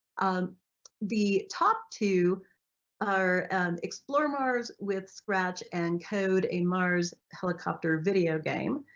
um the top two are explore mars with scratch and code a mars helicopter video game,